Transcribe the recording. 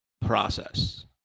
process